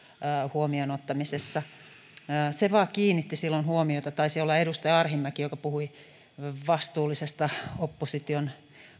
huomioon ottamisessa se vain kiinnitti silloin huomiota taisi olla edustaja arhinmäki joka puhui opposition